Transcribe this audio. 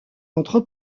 entre